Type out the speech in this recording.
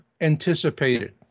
anticipated